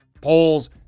polls